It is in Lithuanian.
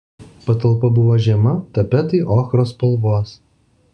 patalpa buvo žema tapetai ochros spalvos